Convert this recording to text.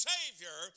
Savior